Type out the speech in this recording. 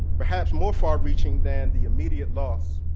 perhaps more far reaching than the immediate loss